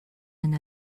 and